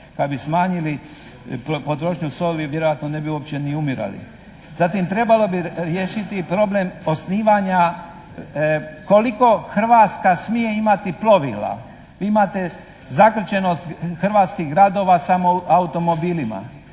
pa bi smanjili potrošnju soli, vjerojatno ne bi uopće ni umirali. Zatim trebalo bi riješiti problem osnivanja koliko hrvatska smije imati plovila. Vi imate zakrčenost hrvatskih gradova samo automobilima.